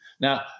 Now